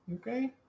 Okay